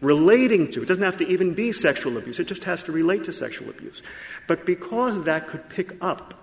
relating to it doesn't have to even be sexual abuse it just has to relate to sexual abuse but because that could pick up